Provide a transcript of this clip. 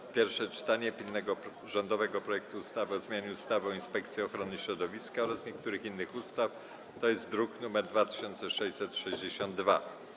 3. Pierwsze czytanie pilnego rządowego projektu ustawy o zmianie ustawy o Inspekcji Ochrony Środowiska oraz niektórych innych ustaw (druk nr 2662)